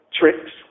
tricks